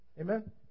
Amen